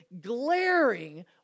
glaring